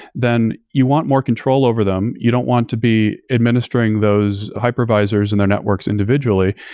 then you want more control over them. you don't want to be administering those hypervisors and their networks individually.